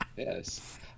Yes